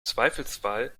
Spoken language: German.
zweifelsfall